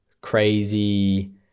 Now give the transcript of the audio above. crazy